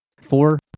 Four